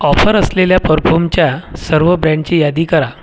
offer असलेल्या परफूमच्या सर्व ब्रँडची यादी करा